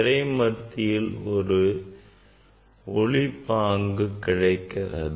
திரை மத்தியில் ஒரு ஒளி பங்கு கிடைக்கிறது